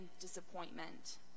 disappointment